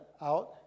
out